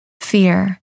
fear